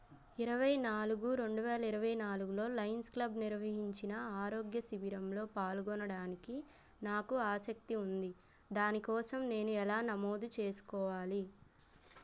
ఇరవై నాలుగు రెండు వేల ఇరవై నాలుగులో లైన్స్ క్లబ్ నిర్వహించిన ఆరోగ్య శిబిరంలో పాల్గొనడానికి నాకు ఆసక్తి ఉంది దాని కోసం నేను ఎలా నమోదు చేసుకోవాలి